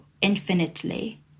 infinitely